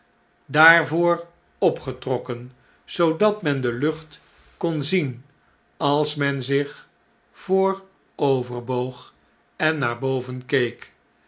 daarvoor opgetrokken zoodat men de lucht kon zien als men zich vooroverboog en naar boven keek